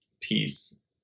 peace